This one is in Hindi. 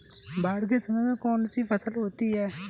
बाढ़ के समय में कौन सी फसल होती है?